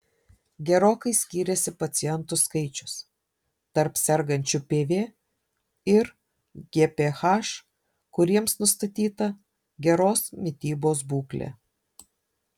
gerokai skyrėsi pacientų skaičius tarp sergančių pv ir gph kuriems nustatyta geros mitybos būklė